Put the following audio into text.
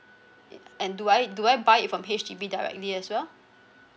and do I do I buy it from H_D_B directly as well